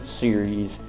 series